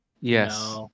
Yes